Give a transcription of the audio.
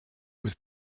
with